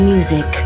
Music